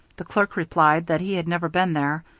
the clerk replied that he had never been there,